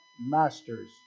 masters